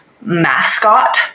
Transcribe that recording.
mascot